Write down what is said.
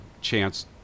chance